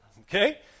Okay